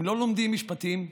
הם לא לומדים משפטים,